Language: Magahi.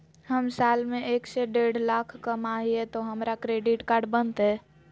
हम साल में एक से देढ लाख कमा हिये तो हमरा क्रेडिट कार्ड बनते?